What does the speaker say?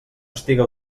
estiga